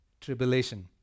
Tribulation